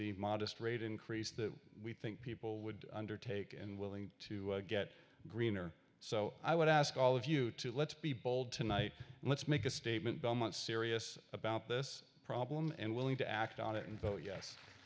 the modest rate increase the we think people would undertake and willing to get greener so i would ask all of you to let's be bold tonight let's make a statement the month serious about this problem and willing to act on it and vote yes